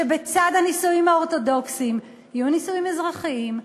שבצד הנישואים האורתודוקסיים יהיו נישואים אזרחיים,